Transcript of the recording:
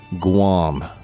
Guam